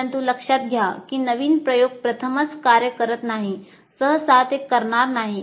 परंतु लक्षात घ्या की नवीन प्रयोग प्रथमच कार्य करत नाही सहसा ते करणार नाही